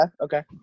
okay